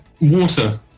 Water